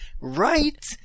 right